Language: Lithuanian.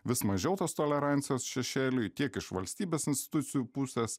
vis mažiau tos tolerancijos šešėliui tiek iš valstybės institucijų pusės